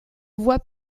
voie